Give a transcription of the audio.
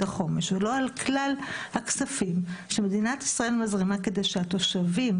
החומש ולא על כלל הכספים שמדינת ישראל מזרימה כדי שהתושבים,